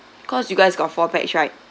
cause you guys got four pax right